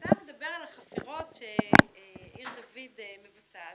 כשאתה מדבר על החפירות שעיר דוד מבצעת,